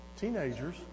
teenagers